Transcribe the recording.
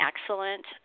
excellent